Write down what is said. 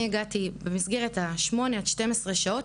אני הגעתי במסגרת השמונה עד 12 שעות,